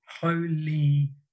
holy